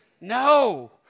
No